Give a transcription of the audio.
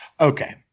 okay